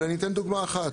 אבל אני אתן דוגמה אחת.